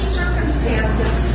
circumstances